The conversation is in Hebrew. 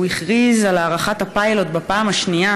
הוא הכריז על הארכת הפיילוט בפעם השנייה